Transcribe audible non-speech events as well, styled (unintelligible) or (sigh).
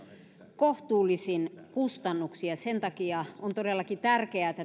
kohtuullisin kustannuksin ja sen takia on todellakin tärkeää että (unintelligible)